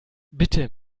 bitte